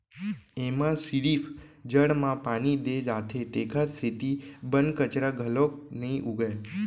एमा सिरिफ जड़ म पानी दे जाथे तेखर सेती बन कचरा घलोक नइ उगय